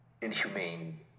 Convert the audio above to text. inhumane